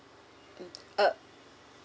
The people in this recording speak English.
mm uh